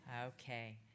Okay